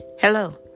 Hello